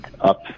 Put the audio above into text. up